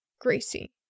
Gracie